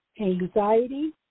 anxiety